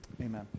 Amen